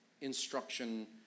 instruction